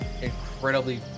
incredibly